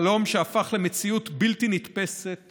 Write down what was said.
חלום שהפך למציאות בלתי נתפסת